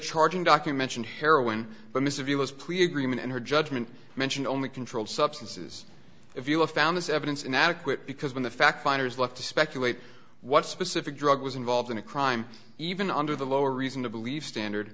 charging document in heroin but mr v was plea agreement and her judgment mentioned only controlled substances if you will found this evidence inadequate because when the fact finders left to speculate what specific drug was involved in a crime even under the lower reason to believe standard